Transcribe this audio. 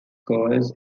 goals